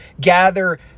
gather